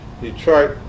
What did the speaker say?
Detroit